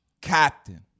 captain